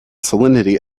salinity